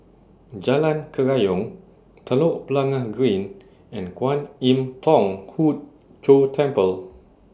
Jalan Kerayong Telok Blangah Green and Kwan Im Thong Hood Cho Temple